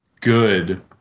good